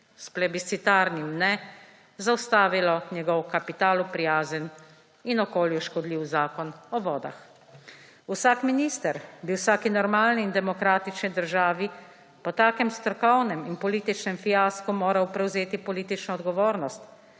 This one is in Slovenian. s plebiscitarnim »ne«, zaustavilo njegov kapitalu prijazen in okolju škodljiv Zakon o vodah. Vsak minister bi v vsaki normalni in demokratični državi po takem strokovnem in političnem fiasku moral prevzeti politično odgovornost